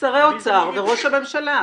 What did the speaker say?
שרי האוצר וראש הממשלה.